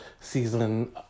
season